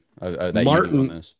Martin